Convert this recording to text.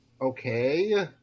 okay